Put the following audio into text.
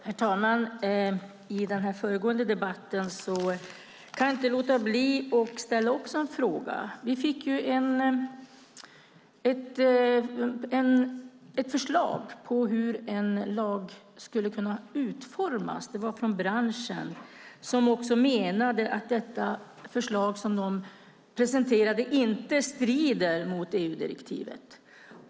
Herr talman! Jag kan inte låta blir att ställa en fråga i den här debatten. Vi fick ett förslag på hur en lag skulle kunna utformas. Det var från branschen, som också menade att det förslag som de presenterade inte strider mot EU-direktivet.